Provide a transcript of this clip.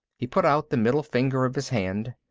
he put out the middle finger of his hand.